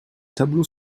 tableau